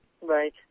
Right